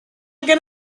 going